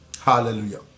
Hallelujah